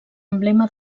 emblema